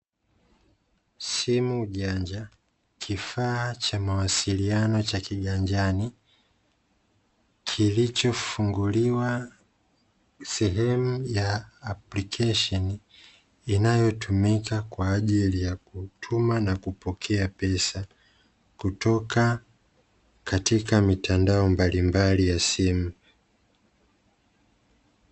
Simu janja kifaa cha mawasiliano cha kiganjani, kilichofunguliwa sehemu ya aplikesheni inayotumika kwaajili ya kutuma, na kupokea pesa, kutoka katika mitandao mbalimbali ya simu.